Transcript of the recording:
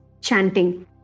chanting